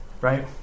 Right